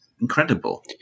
incredible